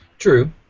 True